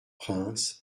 princes